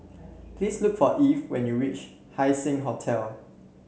please look for Eve when you reach Haising Hotel